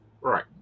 Right